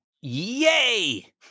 yay